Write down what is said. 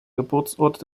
geburtsort